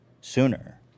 sooner